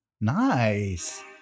Nice